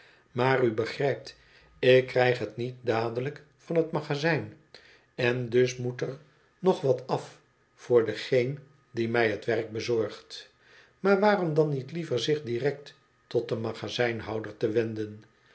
maar u begrijpt ik krijg het niet dadelijk van het magazijn en dus moet er nog wat af voor degeen die mij het werk bezorgd maar waarom dan niet liever zich direct tot den magazynhouder gewend wel